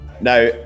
Now